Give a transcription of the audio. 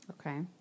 Okay